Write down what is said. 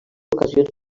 ocasions